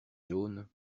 jaunes